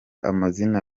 amazina